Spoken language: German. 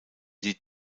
die